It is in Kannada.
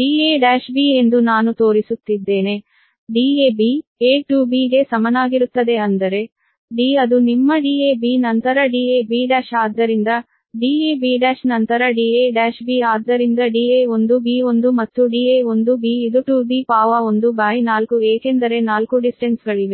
da1b da1b ಎಂದು ನಾನು ತೋರಿಸುತ್ತಿದ್ದೇನೆ Dab a to b ಗೆ ಸಮನಾಗಿರುತ್ತದೆ ಅಂದರೆ D ಅದು ನಿಮ್ಮ Dab ನಂತರ dab' ಆದ್ದರಿಂದ dab' ನಂತರ da'b ಆದ್ದರಿಂದ da1b1 ಮತ್ತು da1b ಇದು to the power 1 by 4 ಏಕೆಂದರೆ 4 ಡಿಸ್ಟೆನ್ಸ್ಗಳಿವೆ